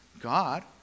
God